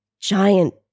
giant